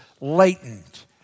latent